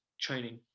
training